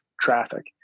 traffic